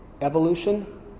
Evolution